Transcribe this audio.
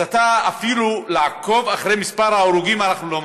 אפילו לעקוב אחרי מספר ההרוגים אנחנו לא מצליחים.